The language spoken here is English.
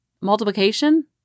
multiplication